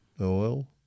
oil